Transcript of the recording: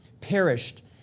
perished